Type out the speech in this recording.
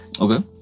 Okay